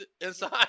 inside